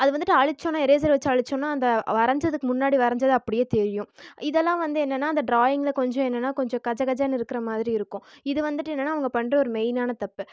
அது வந்துவிட்டு அழிச்சோன்னா எரேசர் வச்சு அழிச்சோன்னா அந்த வரஞ்சதுக்கு முன்னாடி வரஞ்சது அப்படியே தெரியும் இதெல்லாம் வந்து என்னெ ன்னா அந்த டிராயிங்க்ல கொஞ்ச என்னென்னா கொஞ்ச கஜகஜன்னு இருக்கிற மாதிரி இருக்கும் இது வந்துவிட்டு என்னென்னா அவங்க பண்ணுற ஒரு மெயினான தப்பு